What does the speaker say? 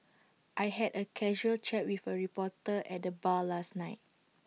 I had A casual chat with A reporter at the bar last night